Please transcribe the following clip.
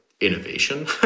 innovation